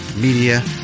media